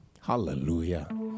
hallelujah